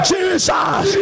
Jesus